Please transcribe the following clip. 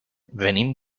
venim